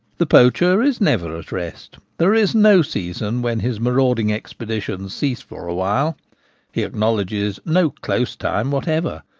the poacher is never at rest there is no season when his marauding expeditions cease for awhile he acknowledges no close time whatever.